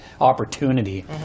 opportunity